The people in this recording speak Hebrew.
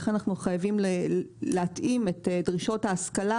דרישות ההשכלה